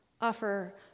offer